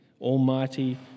Almighty